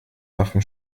waffen